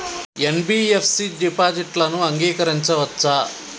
NBFC డిపాజిట్లను అంగీకరించవచ్చా?